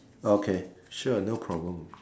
okay sure no problem